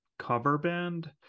CoverBand